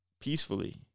Peacefully